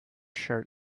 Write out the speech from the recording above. shirt